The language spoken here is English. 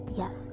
yes